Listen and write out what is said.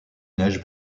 neige